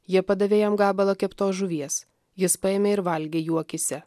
jie padavė jam gabalą keptos žuvies jis paėmė ir valgė jų akyse